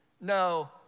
no